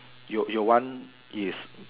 your your one is